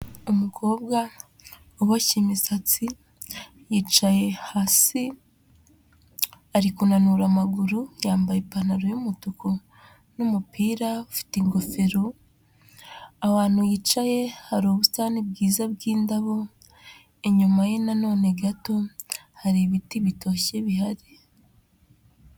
Umukobwa uboshye imisatsi yicaye hasi ari kunanura amaguru yambaye ipantaro y'umutuku n'umupira ufite ingofero aho hantu yicaye hari ubusitani bwiza bw'indabo inyuma ye nanone gato hari ibiti bitoshye bihari.